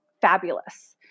fabulous